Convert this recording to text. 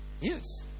Yes